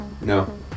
No